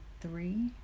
three